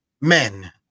men